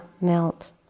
melt